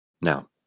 now